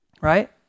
right